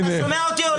אתה לא שומע אותי בכלל.